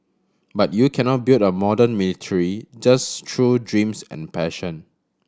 but you cannot build a modern military just through dreams and passion